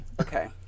Okay